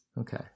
Okay